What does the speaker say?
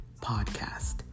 podcast